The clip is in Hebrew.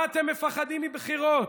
מה אתם מפחדים מבחירות?